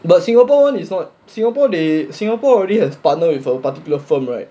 but singapore is not singapore they singapore already has partnered with a particular firm right